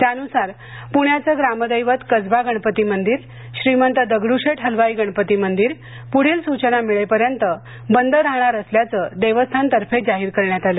त्यानुसार पुण्याचं ग्रामदैवत कसबा गणपती मंदिर श्रीमंत दगडूशेठ हलवाई गणपती मंदिर पुढील सूचना मिळेपर्यंत बंद राहणार असल्याचं देवस्थानतर्फे जाहीर करण्यात आलं